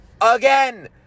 again